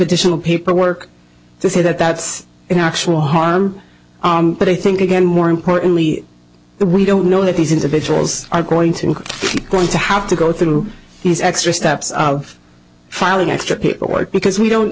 additional paperwork to say that that's an actual harm but i think again more importantly we don't know that these individuals are going to be going to have to go through these extra steps of filing extra paperwork because we don't